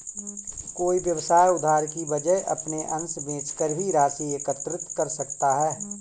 कोई व्यवसाय उधार की वजह अपने अंश बेचकर भी राशि एकत्रित कर सकता है